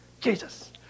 Jesus